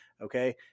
Okay